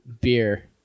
beer